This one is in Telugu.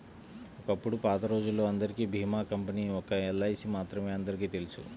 ఒకప్పుడు పాతరోజుల్లో అందరికీ భీమా కంపెనీ ఒక్క ఎల్ఐసీ మాత్రమే అందరికీ తెలుసు